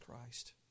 Christ